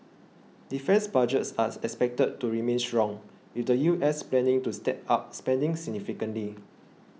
defence budgets are expected to remain strong with the U S planning to step up spending significantly